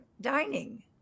dining